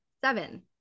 seven